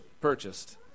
purchased